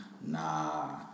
nah